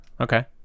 Okay